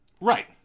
Right